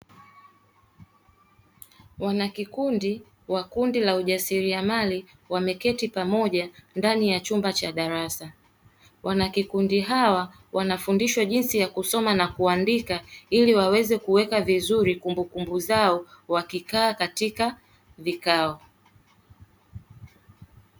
Wanakikundi wa kundi la ujasiriamali wameketi pamoja ndani ya chumba cha darasa. Wanakikundi hawa wanafundishwa jinsi ya kusoma na kuandika ili waweze kuweka vizuri kumbukumbu zao wakikaa katika vikao.